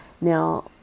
Now